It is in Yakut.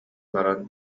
баран